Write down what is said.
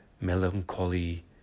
melancholy